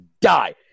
die